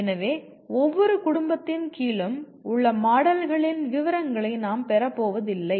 எனவே ஒவ்வொரு குடும்பத்தின் கீழும் உள்ள மாடல்களின் விவரங்களை நாம் பெறப்போவதில்லை